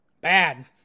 bad